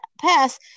pass